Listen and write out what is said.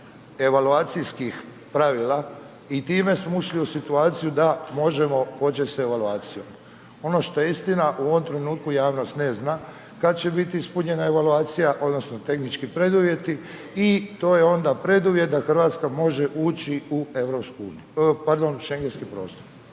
evaluacijskih pravila i time smo ušli u situaciju da možemo početi s evaluacijom. Ono što je istina u ovom trenutku javnost ne zna kad će biti ispunjena evaluacija odnosno tehnički preduvjeti i to je onda preduvjet da Hrvatska može ući u EU, pardon